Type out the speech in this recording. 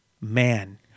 man